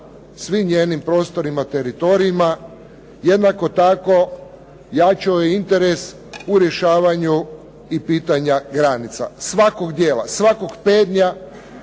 svim njenim prostorima, teritorijima, jednako tako jačao je interes u rješavanju i pitanja granica svakog dijela, svakog pedlja